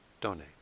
donate